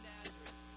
Nazareth